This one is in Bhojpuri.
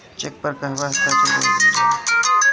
चेक पर कहवा हस्ताक्षर कैल जाइ?